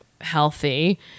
healthy